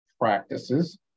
practices